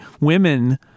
women